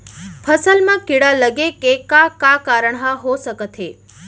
फसल म कीड़ा लगे के का का कारण ह हो सकथे?